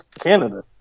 Canada